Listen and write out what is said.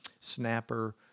snapper